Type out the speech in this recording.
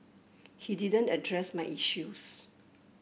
he didn't address my issues